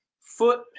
foot